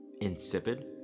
insipid